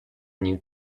new